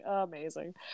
amazing